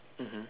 mmhmm